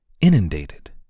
inundated